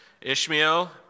Ishmael